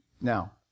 Now